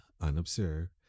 unobserved